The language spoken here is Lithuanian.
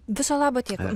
viso labo tiek